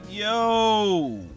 Yo